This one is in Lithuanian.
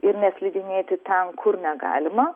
ir neslidinėti ten kur negalima